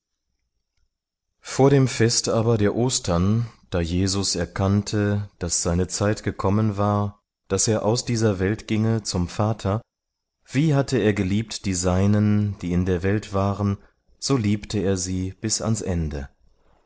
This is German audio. vor dem fest aber der ostern da jesus erkannte daß seine zeit gekommen war daß er aus dieser welt ginge zum vater wie hatte er geliebt die seinen die in der welt waren so liebte er sie bis ans ende